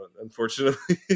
unfortunately